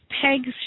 pegs